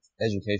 education